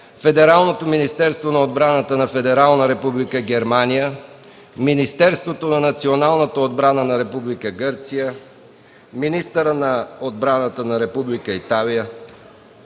Федералното Министерство на отбраната на Федерална Република Германия, Министерството на националната отбрана на Република Гърция, министъра на отбраната на Република Италия,